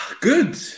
Good